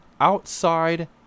outside